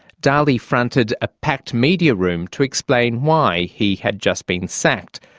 dalli fronted a packed media room to explain why he had just been sacked.